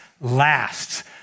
lasts